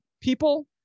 people